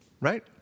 right